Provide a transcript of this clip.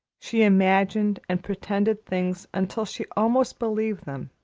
she imagined and pretended things until she almost believed them,